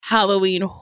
Halloween